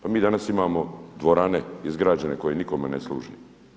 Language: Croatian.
Pa mi danas imamo dvorane, izgrađene koje nikome ne služe.